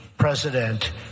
president